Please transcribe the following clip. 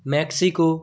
Mexico